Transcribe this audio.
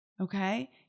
Okay